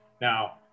Now